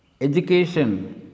Education